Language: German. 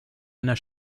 einer